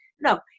No